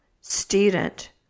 student